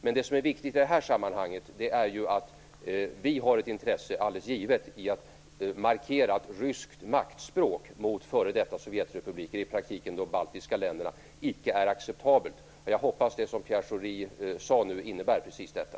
Men det som är viktigt i det här sammanhanget är ju att vi alldeles givet har ett intresse av att markera att ryskt maktspråk mot f.d. Sovjetrepubliker, i praktiken mot de baltiska länderna, icke är acceptabelt. Jag hoppas att det som Pierre Schori nu sagt innebär precis detta.